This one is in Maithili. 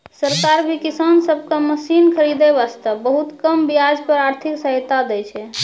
सरकार भी किसान सब कॅ मशीन खरीदै वास्तॅ बहुत कम ब्याज पर आर्थिक सहायता दै छै